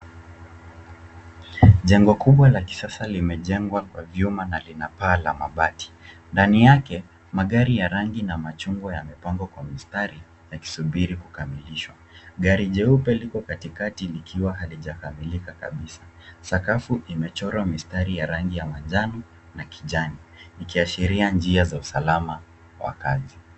Jengo kubwa la kisasa limejegwa kwa vyuma na linapaa la mabati ndani yake magari ya rangi ya machugwa yamepagwa kwa mistari yakisubiri kukamilishwa. Gari jeupe lipo katikati likiwa halijakamilika kabisa, sakafu imechorwa mistari ya rangi ya manjano na kijani ikiashiria njia ya usalama za kazi.